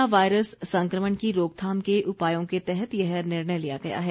corona virus संक्रमण की रोकथाम के उपायों के तहत यह निर्णय लिया गया है